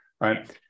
right